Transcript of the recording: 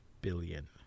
billion